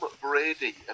Brady